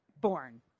born